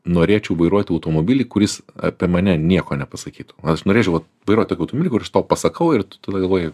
norėčiau vairuot automobilį kuris apie mane nieko nepasakytų va aš norėčiau vat vairuot tokį automobilį kur aš tau pasakau ir tu tada galvoji